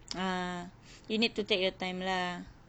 ah you need to take your time lah